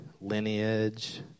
lineage